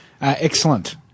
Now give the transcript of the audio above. Excellent